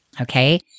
okay